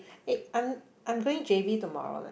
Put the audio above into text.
eh I'm I'm going J_B tomorrow leh